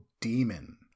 Demon